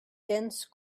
dense